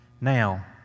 Now